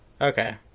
Okay